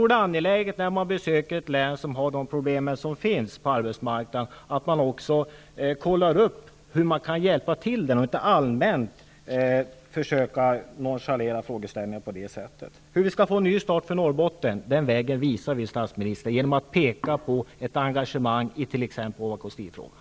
Det är angeläget, när man besöker ett län som har dessa problem på arbetsmarknaden, att man också kollar upp hur man kan hjälpa till där och inte allmänt nonchalerar frågeställningarna. Vi kan visa vägen hur vi skall få en ny start för Norrbotten, statsministern, genom att peka på ett engagemang i t.ex. Ovako Steel-frågan.